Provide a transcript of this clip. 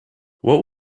what